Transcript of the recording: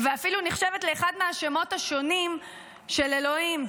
ואפילו נחשבת לאחד מהשמות השונים של אלוהים.